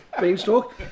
beanstalk